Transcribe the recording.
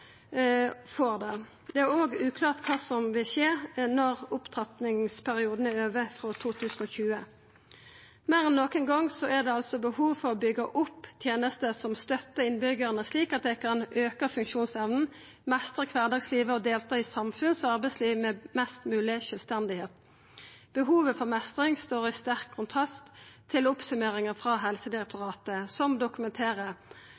får det. Det er òg uklart kva som vil skje når opptrappingsperioden er over – frå 2020. Meir enn nokon gong er det behov for å byggja opp tenester som støttar innbyggjarane, slik at dei kan auka funksjonsevna, meistra kvardagslivet og delta i samfunns- og arbeidslivet med mest mogleg sjølvstende. Behovet for meistring står i sterk kontrast til oppsummeringa frå